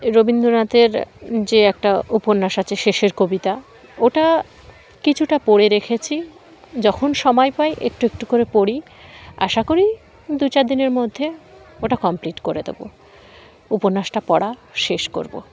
রবীন্দ্রনাথের যে একটা উপন্যাস আছে শেষের কবিতা ওটা কিছুটা পড়ে রেখেছি যখন সময় পাই একটু একটু করে পড়ি আশা করি দু চার দিনের মধ্যে ওটা কমপ্লিট করে দেবো উপন্যাসটা পড়া শেষ করবো